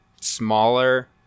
smaller